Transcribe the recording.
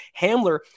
Hamler